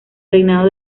reinado